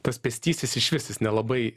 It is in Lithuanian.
tas pėstysis išvis jis nelabai